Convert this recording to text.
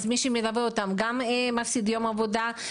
אז מי שמלווה אותם גם מפסיד יום עבודה,